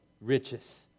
riches